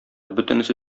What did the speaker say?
бөтенесе